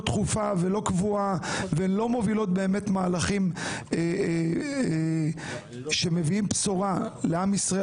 דחופה ולא קבועה והן לא מובילות באמת מהלכים שמביאים בשורה לעם ישראל